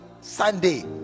Sunday